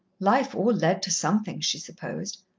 life all led to something, she supposed,